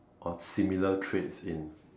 or similar traits in